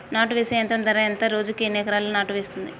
నాటు వేసే యంత్రం ధర ఎంత రోజుకి ఎన్ని ఎకరాలు నాటు వేస్తుంది?